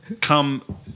come